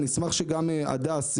אני אשמח שגם הדס,